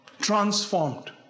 Transformed